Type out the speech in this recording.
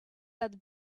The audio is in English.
that